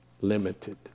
limited